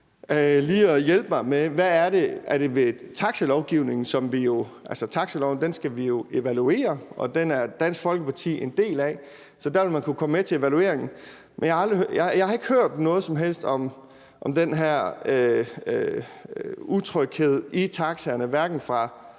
det drejer sig om. Er det taxalovgivningen? Altså, taxiloven skal vi jo evaluere, og den er Dansk Folkeparti en del af, så der vil man kunne komme med til evalueringen. Men jeg har ikke hørt noget som helst om den her utryghed i taxaerne, hverken